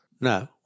No